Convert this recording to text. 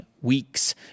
weeks